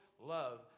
love